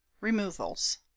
Removals